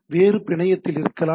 வேறு பிணையத்தில் இருக்கலாம்